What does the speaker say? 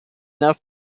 enough